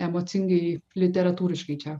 emocingai literatūriškai čia